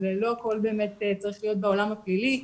שלא הכול צריך להיות בעולם הפלילי,